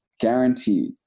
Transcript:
guaranteed